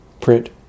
Print